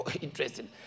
interesting